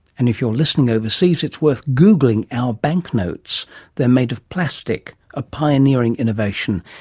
and if you're listening overseas it's worth googling our banknotes they're made of plastic, a pioneering innovation.